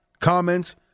comments